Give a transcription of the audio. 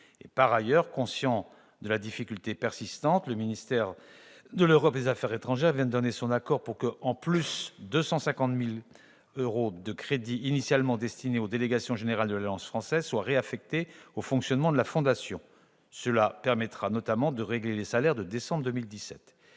la persistance des difficultés, le ministère de l'Europe et des affaires étrangères vient de donner son accord pour que, de surcroît, 150 000 euros de crédits initialement destinés aux délégations générales de l'Alliance française soient réaffectés au fonctionnement de la fondation. Cela permettra notamment de régler les salaires de décembre 2017.